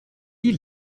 die